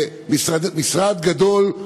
שמשרד גדול,